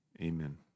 Amen